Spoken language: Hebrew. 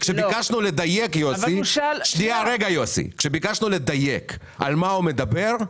כשביקשו לדייק על מה הוא מדבר,